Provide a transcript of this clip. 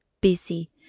busy